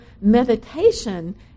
meditation